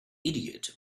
idiot